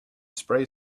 spray